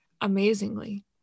amazingly